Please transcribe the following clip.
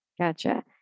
Gotcha